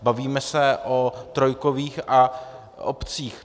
Bavíme se o trojkových obcích.